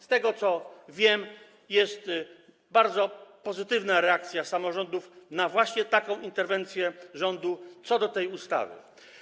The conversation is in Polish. Z tego, co wiem, jest bardzo pozytywna reakcja samorządów na taką interwencję rządu, co do tej ustawy.